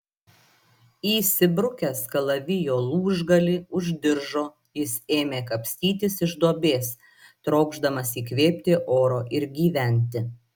įsibrukęs kalavijo lūžgalį už diržo jis ėmė kapstytis iš duobės trokšdamas įkvėpti oro ir gyventi